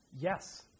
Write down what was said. Yes